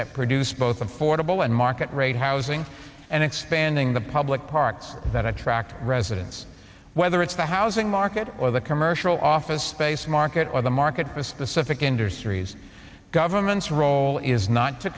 that produced both affordable and market rate housing and expanding the public parks that attract residents whether it's the housing market or the commercial office space market or the market with specific industries government's role is not to